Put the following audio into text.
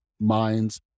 minds